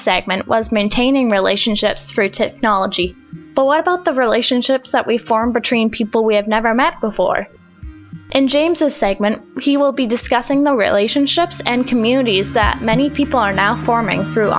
segment was maintaining relationships through technology but what about the relationships that we farm between people we have never met before and james the segment he will be discussing the relationships and communities that many people are now forming through